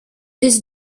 his